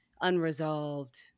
unresolved